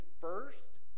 first